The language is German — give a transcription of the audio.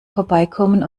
vorbeikommen